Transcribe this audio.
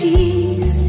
Peace